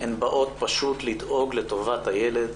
הן באות פשוט לדאוג לטובת הילד.